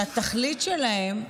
שהתכלית שלהם,